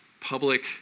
public